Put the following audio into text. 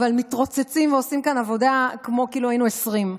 אבל מתרוצצים ועושים כאן עבודה כאילו היינו 20,